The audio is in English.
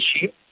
sheep